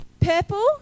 purple